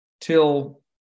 till